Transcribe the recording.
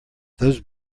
those